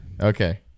Okay